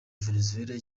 venezuela